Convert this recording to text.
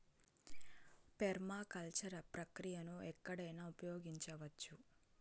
permaculture ప్రక్రియను ఎక్కడైనా ఉపయోగించవచ్చు